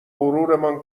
غرورمان